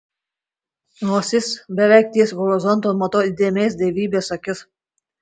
nors jis beveik ties horizontu matau įdėmias dievybės akis